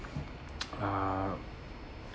uh